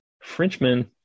Frenchmen